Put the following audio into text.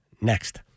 next